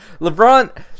LeBron